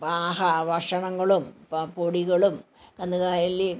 പാഹാ ഭക്ഷണങ്ങളും ഇപ്പം പൊടികളും കന്നുകാലി